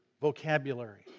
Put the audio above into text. vocabulary